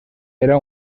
era